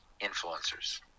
influencers